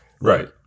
Right